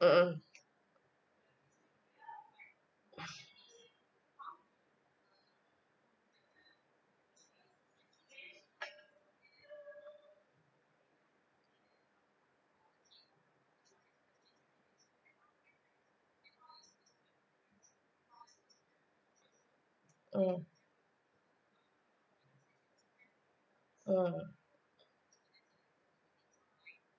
mm mm mm mm mm